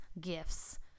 gifts